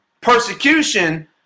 persecution